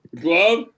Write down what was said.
glove